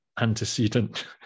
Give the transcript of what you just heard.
antecedent